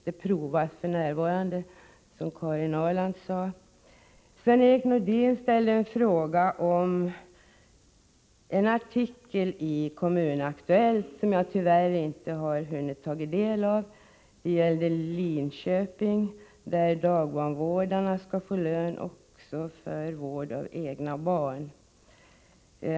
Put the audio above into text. Frågan prövas också f. n., som Karin Ahrland sade. Sven-Erik Nordin ställde en fråga om en artikel i Kommun Aktuellt, som jag tyvärr inte har hunnit ta del av. Den gällde Linköping, där dagbarnvårdare skall få lön också för vård av egna barn.